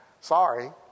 Sorry